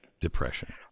Depression